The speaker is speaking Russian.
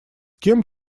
кем